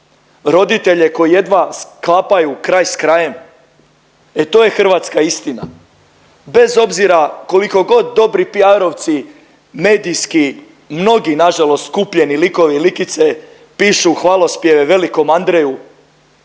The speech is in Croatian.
roditelje koji jedva sklapaju kraj s krajem, e to je hrvatska istina bez obzira koliko god dobri PR-ovci medijski mnogi na žalost skupljeni likovi i likice pišu hvalospjeve velikom Andreju,